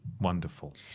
Wonderful